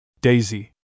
Daisy